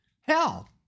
Hell